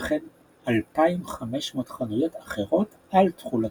וכן 2,500 חנויות אחרות על תכולתן.